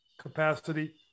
capacity